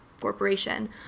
corporation